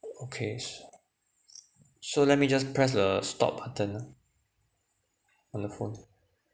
okay so let me just press the stop button ah on the phone